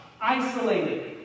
isolated